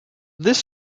this